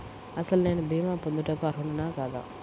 అసలు నేను భీమా పొందుటకు అర్హుడన కాదా?